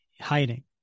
hiding